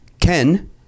Ken